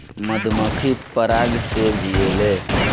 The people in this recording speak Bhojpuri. मधुमक्खी पराग से जियेले